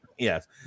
Yes